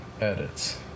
Edits